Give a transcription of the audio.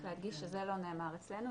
רק להדגיש שזה לא נאמר אצלנו,